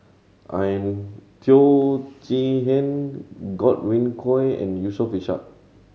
Teo Chee Hean Godwin Koay and Yusof Ishak